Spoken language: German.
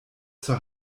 zur